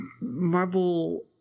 Marvel